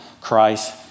Christ